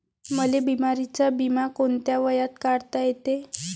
मले बिमारीचा बिमा कोंत्या वयात काढता येते?